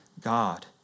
God